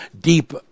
deep